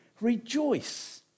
Rejoice